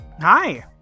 Hi